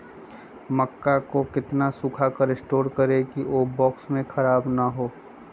मक्का को कितना सूखा कर स्टोर करें की ओ बॉक्स में ख़राब नहीं हो?